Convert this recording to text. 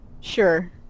Sure